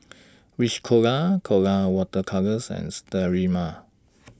Rich Colora Colora Water Colours and Sterimar